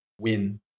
win